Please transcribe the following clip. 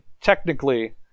technically